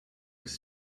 his